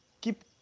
keep